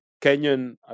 Kenyan